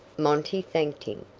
monty thanked him.